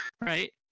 right